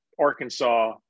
Arkansas